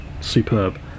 superb